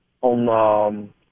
on